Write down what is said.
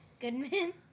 Goodman